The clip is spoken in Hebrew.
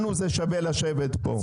לנו זה שווה לשבת פה.